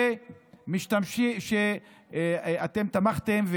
שאתם תמכתם.